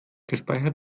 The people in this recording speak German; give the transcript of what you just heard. gespeichert